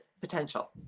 potential